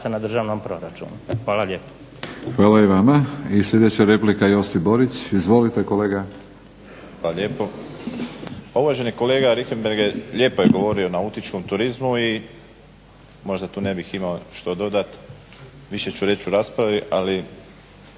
na državnom proračunu. Hvala lijepa. **Batinić, Milorad (HNS)** Hvala i vama. I sljedeća replika Josip Borić. Izvolite kolega. **Borić, Josip (HDZ)** Hvala lijepa. Uvaženi kolega Richembergh lijepo je govorio o nautičkom turizmu i možda tu ne bih imao što dodati, više ću reći u raspravi, ali